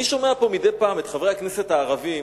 אני שומע פה מדי פעם את חברי הכנסת הערבים